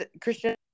Christian